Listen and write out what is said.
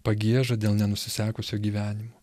pagieža dėl nenusisekusio gyvenimo